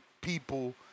people